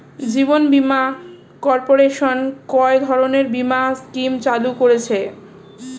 জীবন বীমা কর্পোরেশন কয় ধরনের বীমা স্কিম চালু করেছে?